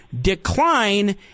decline